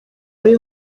muri